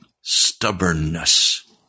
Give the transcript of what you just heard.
stubbornness